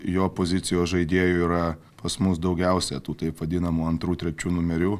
jo pozicijos žaidėjų yra pas mus daugiausia tų taip vadinamų antrų trečių numerių